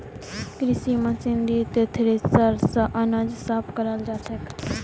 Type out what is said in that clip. कृषि मशीनरीत थ्रेसर स अनाज साफ कराल जाछेक